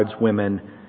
women